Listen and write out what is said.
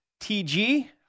TG